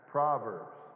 Proverbs